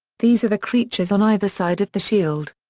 these are the creatures on either side of the shield.